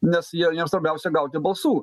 nes jie jiem svarbiausia gauti balsų